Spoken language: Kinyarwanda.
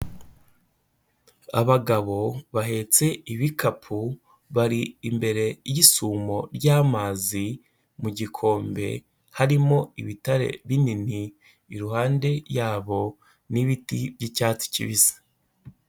Abagabo bahetse ibikapu ,bari imbere y'isumo ry'amazi mu gikombe, harimo ibitare binini iruhande yabo ,n'ibiti by'icyatsi kibisi.